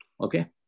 Okay